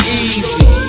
easy